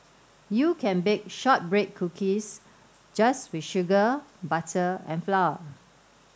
you can bake shortbread cookies just with sugar butter and flour